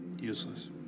useless